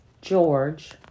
George